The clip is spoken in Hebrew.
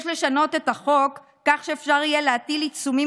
יש לשנות את החוק כך שיהיה אפשר להטיל עיצומים